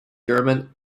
german